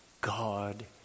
God